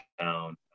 town